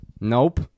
Nope